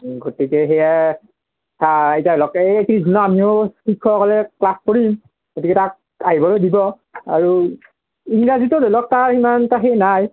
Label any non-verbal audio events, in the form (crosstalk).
গতিকে সেয়াই এতিয়ালৈকে এ (unintelligible) আমিও শিক্ষকসকলে ক্লাছ কৰিম গতিকে তাক আহিবলৈ দিব আৰু ইংৰাজীটো ধৰি লওক তাৰ ইমান এটা হেৰি নাই